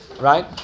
right